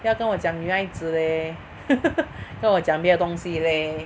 不要跟我讲女孩子 leh 跟我讲别的东西 leh